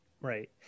Right